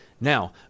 Now